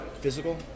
physical